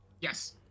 Yes